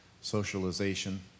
socialization